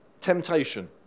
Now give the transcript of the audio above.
temptation